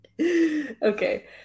Okay